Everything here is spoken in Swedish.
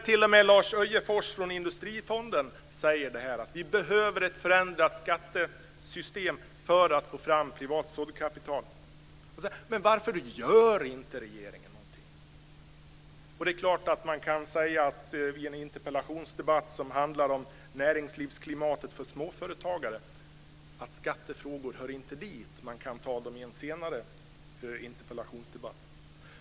T.o.m. Lars Öjefors från Industrifonden säger att vi behöver ett förändrat skattesystem för att få fram privat såddkapital. Men varför gör inte regeringen någonting? Det är klart att man kan säga i en interpellationsdebatt som handlar om näringslivsklimatet för småföretagare att skattefrågor inte hör dit: Man kan ta dem i en senare interpellationsdebatt.